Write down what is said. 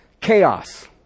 chaos